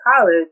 college